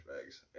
bags